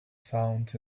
sounds